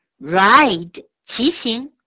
ride,骑行